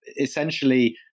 essentially